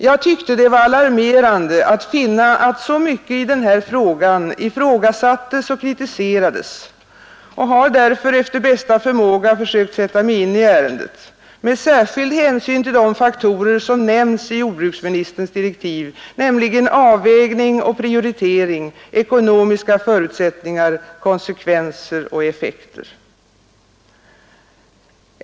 Jag tyckte det var alarmerande att finna att så mycket i den här frågan ifrågasattes och kritiserades, och jag har därför efter bästa förmåga försökt sätta mig in i ärendet, med särskild hänsyn till de faktorer som nämns i jordbruksministerns direktiv, nämligen avvägning och prioritering, ekonomiska förutsättningar, konsekvenser och effekter.